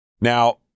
Now